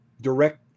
direct